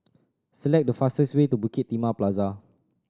select the fastest way to Bukit Timah Plaza